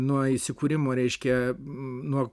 nuo įsikūrimo reiškia nuo